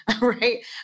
right